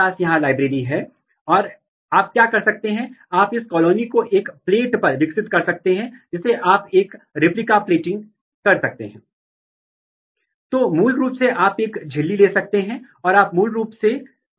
ERF3 एक AP2 domain है जिसमें ट्रांसक्रिप्शन फ़ैक्टर है WOX11 एक होमोबॉक्स डोमेन है जिसमें ट्रांसक्रिप्शन फ़ैक्टर है और दोनों ही रूट रूट डेवलपमेंट के लिए बहुत महत्वपूर्ण हैं